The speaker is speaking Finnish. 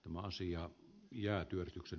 oma asia ja yrityksen